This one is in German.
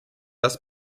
das